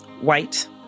White